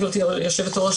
גברתי יושבת הראש,